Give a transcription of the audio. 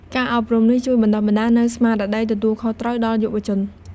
ការអប់រំនេះជួយបណ្ដុះនូវស្មារតីទទួលខុសត្រូវ ដល់យុវជន។